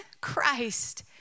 Christ